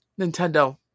Nintendo